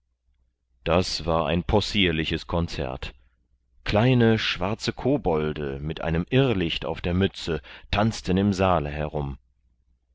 das war ein possierliches konzert kleine schwarze kobolde mit einem irrlicht auf der mütze tanzten im saale herum